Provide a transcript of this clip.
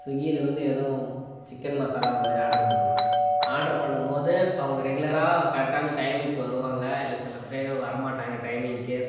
ஸ்விக்கிலருந்து எதுவும் ஒரு சிக்கன் மசாலா அதை மாதிரி ஆட்ரு பண்ணுவன் ஆட்ரு பண்ணும் போது அவங்க ரெகுலராக கரெக்டான டைமிங்க்கு வருவாங்க இல்லை சில பேரு வர மாட்டாங்க டைமிங்க்கு